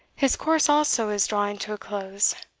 his course also is drawing to a close.